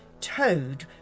Toad